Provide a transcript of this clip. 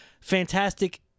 Fantastic